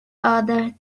other